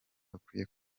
bakwiye